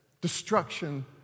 destruction